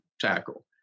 tackle